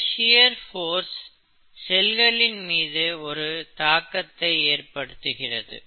இந்த shear force செல்களின் மீது ஒரு தாக்கத்தை ஏற்படுத்துகிறது